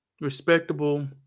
respectable